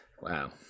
wow